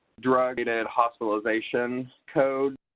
drug-related hospitalization codes.